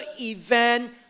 event